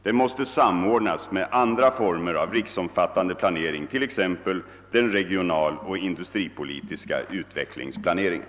Den måste samordnas med andra former av riksomfattande planering, t.ex. den regionaloch industripolitiska utvecklingsplaneringen.